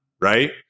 right